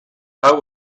how